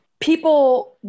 People